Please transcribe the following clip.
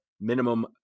minimum